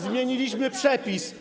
Zmieniliśmy przepis.